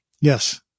Yes